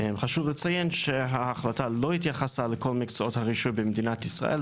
חשוב לציין שההחלטה לא התייחסה לכל מקצועות הרישוי במדינת ישראל,